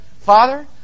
Father